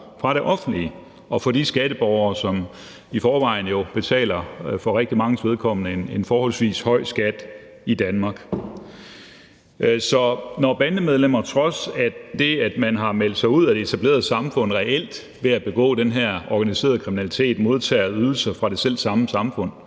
fra det offentlige og fra de skatteborgere, som i forvejen for rigtig manges vedkommende betaler en forholdsvis høj skat i Danmark. Så når bandemedlemmer trods det, at man reelt har meldt sig ud af det etablerede samfund ved at begå den her organiserede kriminalitet, modtager ydelser fra det selv samme samfund,